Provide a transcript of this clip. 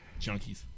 Junkies